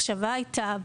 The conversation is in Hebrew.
הייתה,